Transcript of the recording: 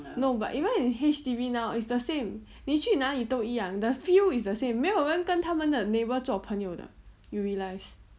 no but you even in H_D_B now it's the same 你去哪里都一样的 the feel is the same 没有人跟他们的 neighbour 做朋友的 you realise